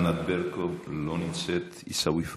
ענת ברקו, לא נמצאת, עיסאווי פריג'